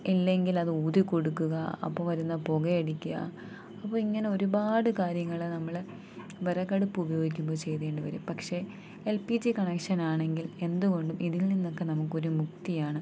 ഇല്ലെങ്കിലത് ഊതി കൊടുക്കുക അപ്പം വരുന്ന പുകയടിക്കുക അപ്പം ഇങ്ങനെ ഒരുപാട് കാര്യങ്ങൾ നമ്മൾ വിറകടുപ്പുപയോഗിക്കുമ്പോൾ ചെയ്യേണ്ടി വരും പക്ഷേ എൽ പി ജി കണക്ഷനാണെങ്കിൽ എന്തു കൊണ്ടും ഇതിൽ നിന്നൊക്കെ നമുക്കൊരു മുക്തിയാണ്